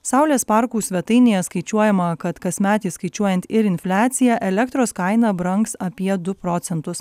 saulės parkų svetainėje skaičiuojama kad kasmet įskaičiuojant ir infliaciją elektros kaina brangs apie du procentus